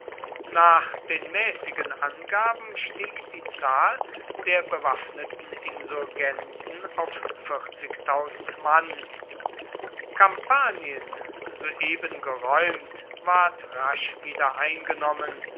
nach den mäßigen angaben stieg die zahl der bewaffneten insurgenten auf mann kampanien soeben geräumt ward rasch wieder eingenommen